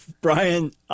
Brian